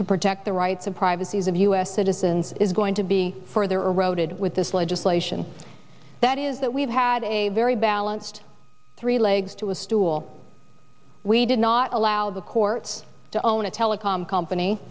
to protect the rights of privacy is of us citizens is going to be further roted with this legislation that is that we've had a very balanced three legs to a stool we did not allow the courts to own a telecom company